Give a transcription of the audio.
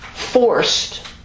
forced